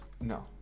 No